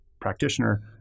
practitioner